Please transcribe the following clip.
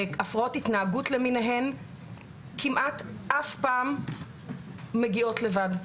והפרעות התנהגות למיניהן כמעט אף פעם מגיעות לבד,